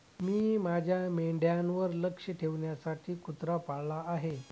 मी माझ्या मेंढ्यांवर लक्ष ठेवण्यासाठी कुत्रा पाळला आहे